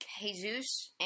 Jesus